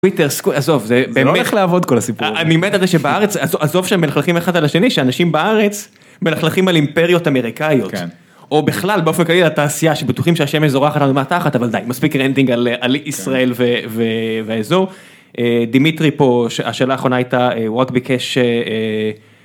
טוויטר סקווור, עזוב זה באמת, זה לא הולך לעבוד כל הסיפור, אני מת על זה שבארץ, עזוב שהם מלכלכים אחד על השני, שאנשים בארץ מלכלכים על אימפריות אמריקאיות, או בכלל באופן כללי על התעשייה, שבטוחים שהשמש זורח לנו מהתחת, אבל די, מספיק רנטינג על ישראל והאזור. דימיטרי פה, השאלה האחרונה הייתה, הוא רק ביקש,